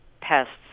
pests